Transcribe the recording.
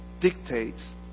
dictates